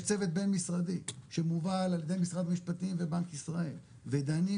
יש צוות בין משרדי שמובל על ידי משרד המשפטים ובנק ישראל ודנים